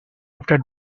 after